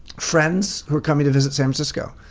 friends, who are coming to visit san francisco.